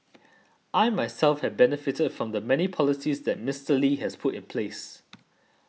I myself have benefited from the many policies that Mister Lee has put in place